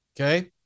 Okay